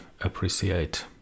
appreciate